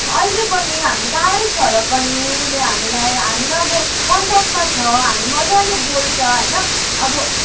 अहिले पनि हामी टाढै छ र पनि उसले हामीलाई हामी अब कन्ट्याक्टमा छ हामी मजाले बोल्छ होइन अब